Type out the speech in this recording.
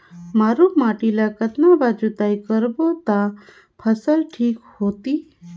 मारू माटी ला कतना बार जुताई करबो ता फसल ठीक होती?